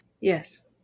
Yes